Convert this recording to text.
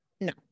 No